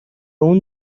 اون